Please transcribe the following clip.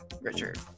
Richard